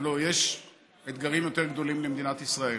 הלוא יש אתגרים יותר גדולים למדינת ישראל.